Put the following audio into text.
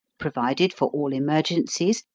provided for all emergencies,